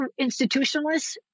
institutionalists